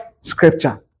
scripture